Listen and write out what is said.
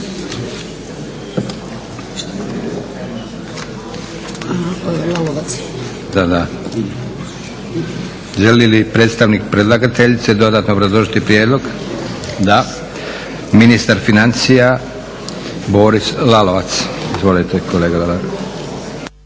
sjednici. Želi li predstavnik predlagateljice dodatno obrazložiti prijedlog? Da. Ministar financija Boris Lalovac. Izvolite kolega Lalovac.